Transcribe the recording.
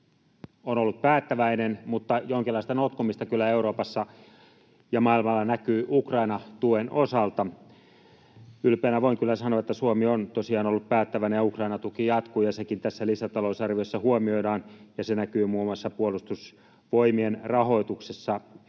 on ollut päättäväinen, mutta jonkinlaista notkumista kyllä Euroopassa ja maailmalla näkyy — Ukrainan tuki. Ylpeänä voin kyllä sanoa, että Suomi on tosiaan ollut päättäväinen ja Ukrainan tuki jatkuu. Sekin tässä lisätalousarviossa huomioidaan, ja se näkyy muun muassa Puolustusvoimien rahoituksessa.